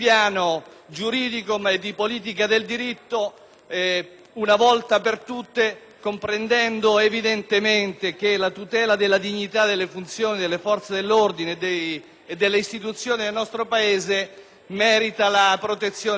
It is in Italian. una volta per tutte, comprendendo che la tutela della dignità delle funzioni delle forze dell'ordine e delle istituzioni nel nostro Paese meriti la protezione di norme penali incriminatrici.